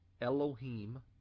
Elohim